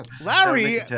Larry